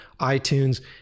iTunes